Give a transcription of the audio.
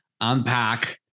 unpack